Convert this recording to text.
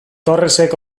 torresek